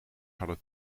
hadden